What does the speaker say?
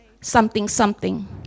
something-something